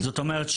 זאת אומרת,